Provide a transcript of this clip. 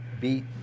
beat